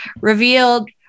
revealed